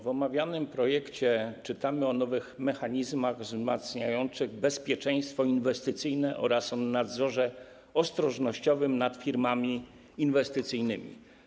W omawianym projekcie czytamy o nowych mechanizmach wzmacniających bezpieczeństwo inwestycyjne oraz o nadzorze ostrożnościowym nad firmami inwestycyjnymi.